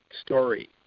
story